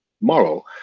moral